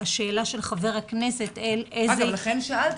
לכן שאלתי.